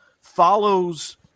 follows